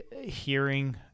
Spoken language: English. hearing